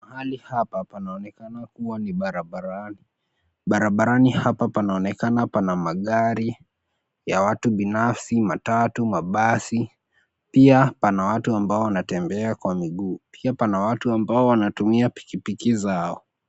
Mahali hapa panaonekana kuwa ni barabarani. Barabarani hapa panaonekana pana magari ya watu binafsi, matatu ,mabasi, pia pana watu ambao wanatembea kwa miguu. Pia pana watu ambao wanatumia pikipiki zao.